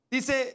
Dice